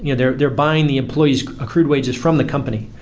you know they're they're buying the employee's accrued wages from the company.